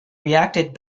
reacted